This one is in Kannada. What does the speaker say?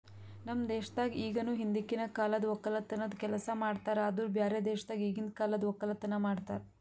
ನಮ್ ದೇಶದಾಗ್ ಇಗನು ಹಿಂದಕಿನ ಕಾಲದ್ ಒಕ್ಕಲತನದ್ ಕೆಲಸ ಮಾಡ್ತಾರ್ ಆದುರ್ ಬ್ಯಾರೆ ದೇಶದಾಗ್ ಈಗಿಂದ್ ಕಾಲದ್ ಒಕ್ಕಲತನ ಮಾಡ್ತಾರ್